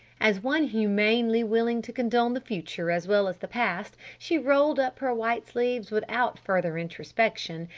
as one humanely willing to condone the future as well as the past she rolled up her white sleeves without further introspection,